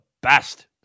best